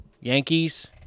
Yankees